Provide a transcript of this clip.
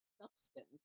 substance